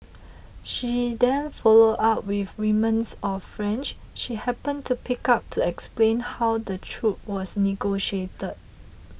she then followed up with remnants of French she happened to pick up to explain how the truce was negotiated